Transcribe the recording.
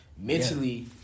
Mentally